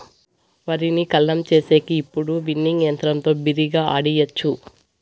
వరిని కల్లం చేసేకి ఇప్పుడు విన్నింగ్ యంత్రంతో బిరిగ్గా ఆడియచ్చు